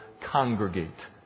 congregate